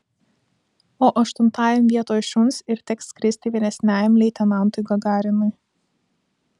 o aštuntajam vietoj šuns ir teks skristi vyresniajam leitenantui gagarinui